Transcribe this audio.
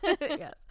Yes